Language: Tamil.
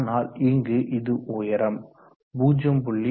ஆனால் இங்கு இது உயரம் 0